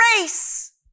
race